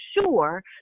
sure